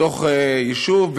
בתוך יישוב,